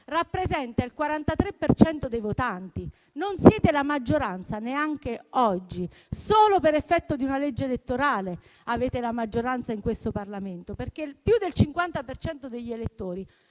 rappresenta il 43 per cento dei votanti. Non siete la maggioranza neanche oggi. Solo per effetto di una legge elettorale avete la maggioranza in questo Parlamento, perché più del 50 per cento